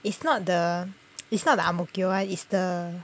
it's not the it's not about ang mo kio [one] it's the